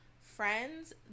friends